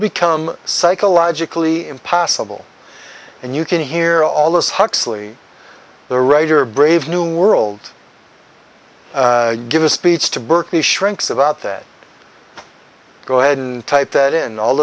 become psychologically impossible and you can hear all this huxley the writer of brave new world give a speech to berkeley shrinks about that go ahead and type that in all